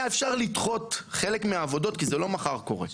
היה אפשר לדחות חלק מהעבודות כי זה לא קורה מחר,